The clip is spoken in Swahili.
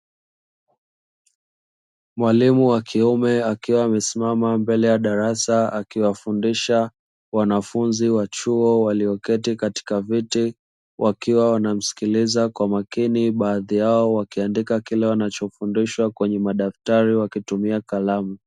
Mwalimu wa kiume akiwa amesimama mbele ya darasa akiwafundisha wanafunzi wa chuo walioketi katika viti, wakiwa wanamsikiliza kwa makini baadhi yao wakiandika kile wanachofundishwa kwenye madaftari wakitumia kalamu